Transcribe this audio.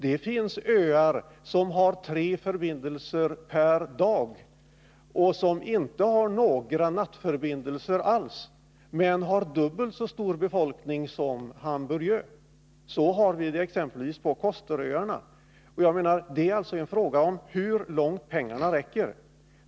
Det finns öar som har tre förbindelser per dag och som inte har några nattförbindelser alls — men har dubbelt så stor befolkning som Hamburgön. Så har vi det exempelvis på Kosteröarna. Jag menar alltså att det är en fråga om hur långt pengarna räcker.